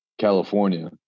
California